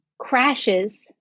crashes